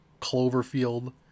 cloverfield